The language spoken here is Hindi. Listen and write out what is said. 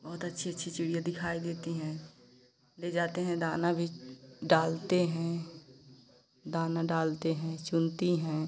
बहुत अच्छी अच्छी चिड़िया दिखाई देती हैं फिर जाते हैं दाना भी डालते हैं दाना डालते हैं चुनती हैं